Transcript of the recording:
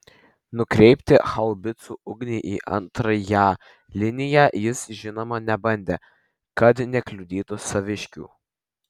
nukreipti haubicų ugnį į antrąją liniją jis žinoma nebandė kad nekliudytų saviškių